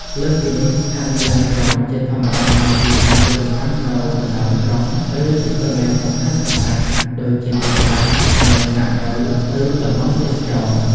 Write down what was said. លើសពីនេះ ស្ថានីយ៍ឡានក្រុង ជាធម្មតាមានទីតាំងយុទ្ធសាស្ត្រនៅ កណ្តាលក្រុង ឬ ជិតកន្លែងសំខាន់ៗ ដូចជាទីផ្សារ កន្លែងស្នាក់នៅ ឬតំបន់ទេសចរណ៍។